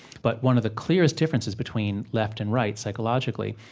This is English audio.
but one of the clearest differences between left and right, psychologically,